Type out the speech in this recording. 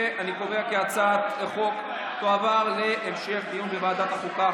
אני קובע כי הצעת החוק תועבר להמשך דיון בוועדת החוקה,